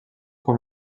com